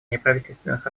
неправительственных